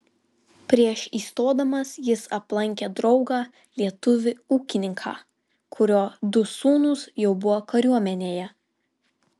prieš įstodamas jis aplankė draugą lietuvį ūkininką kurio du sūnūs jau buvo kariuomenėje